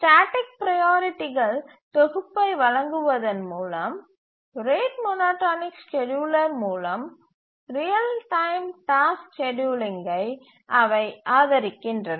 static ப்ரையாரிட்டிகள் தொகுப்பை வழங்குவதன் மூலம் ரேட் மோனோடோனிக் ஸ்கேட்யூலர் மூலம் ரியல் டைம் டாஸ்க் ஸ்கேட்யூலிங்கை அவை ஆதரிக்கின்றன